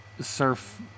surf